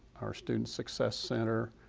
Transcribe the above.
our student success center,